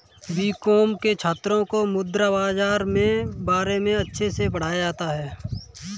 BCom के छात्रों को मुद्रा बाजार के बारे में अच्छे से पढ़ाया जाता है